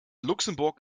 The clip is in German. luxemburg